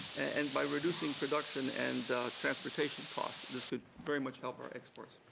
and by reducing production and transportation costs, this could very much help our exports.